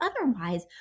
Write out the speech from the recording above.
otherwise –